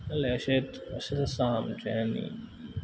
जालें अशें अशें आसा आमचें आनी